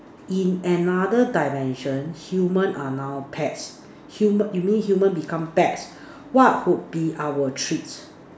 in another dimension humans are now pets humans you mean humans become pets what could be our treats